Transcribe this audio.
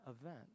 event